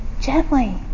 gently